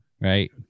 right